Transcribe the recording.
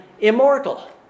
immortal